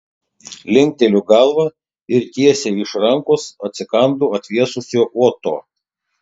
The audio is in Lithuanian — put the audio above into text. linkteliu galvą ir tiesiai iš rankos atsikandu atvėsusio oto